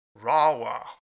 RAWA